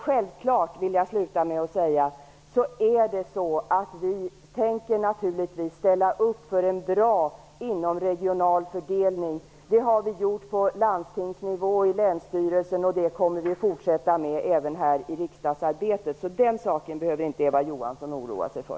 Självfallet tänker vi naturligtvis ställa upp bakom en bra inomregional fördelning. Det har vi gjort på landstingsnivå och i länsstyrelsen, och det kommer vi att fortsätta med även här i riksdagsarbetet. Det behöver Eva Johansson inte oroa sig för.